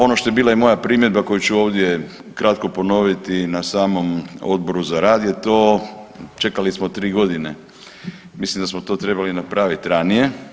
Ono što je bila i moja primjedba koju ću ovdje kratko ponoviti na samom Odboru za rad je to, čekali smo 3.g., mislim da smo to trebali napravit ranije.